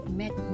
met